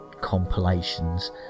compilations